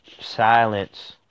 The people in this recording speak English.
silence